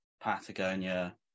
patagonia